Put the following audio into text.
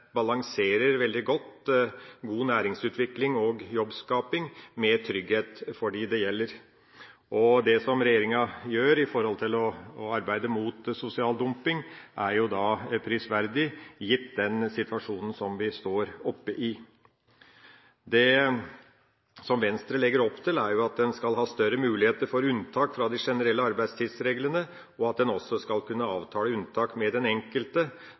balanserer veldig godt god næringsutvikling og jobbskaping med trygghet for dem det gjelder. Det regjeringa gjør når det gjelder å arbeide mot sosial dumping, er da prisverdig, gitt den situasjonen vi står oppe i. Det Venstre legger opp til, er at en skal ha større muligheter for unntak fra de generelle arbeidstidsreglene, og at en også skal kunne avtale unntak med den enkelte.